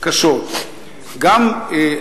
כי הן באמת קשות.